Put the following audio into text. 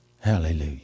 Hallelujah